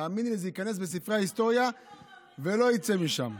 תאמיני לי, זה ייכנס לספרי ההיסטוריה ולא יצא משם.